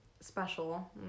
special